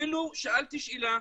שאלתי שאלה,